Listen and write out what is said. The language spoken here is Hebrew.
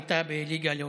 הייתה בליגה הלאומית,